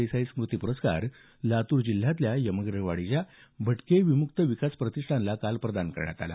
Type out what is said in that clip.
देसाई स्मृती पुरस्कार लातूर जिल्ह्यातल्या यमगरवाडीच्या भटके विमुक्त विकास प्रतिष्ठानला काल प्रदान करण्यात आला